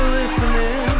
listening